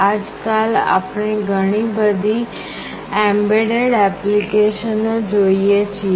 આજકાલ આપણે ઘણી બધી એમ્બેડેડ ઍપ્લિકેશનો જોઈએ છીએ